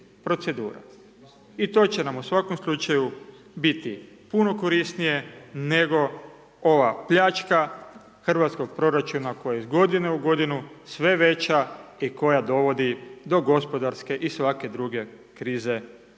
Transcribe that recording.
i to će nam u svakom slučaju, biti puno korisnije, nego ova pljačka hrvatskog proračuna koja iz godine u godinu sve veća i koja dovodi do gospodarskog i svake druge krize